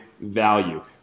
value